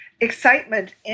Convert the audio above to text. excitement